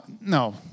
no